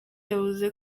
yavuze